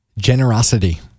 Generosity